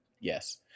yes